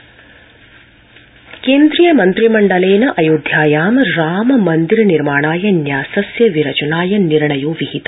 प्रधानमन्त्री केन्द्रीय मन्त्रिमण्डलेन अयोध्यायां राम मन्दिर निर्माणाय न्यासस्य विरचनाय निर्णयो विहित